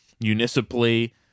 municipally